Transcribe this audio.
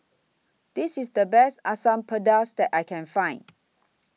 This IS The Best Asam Pedas that I Can Find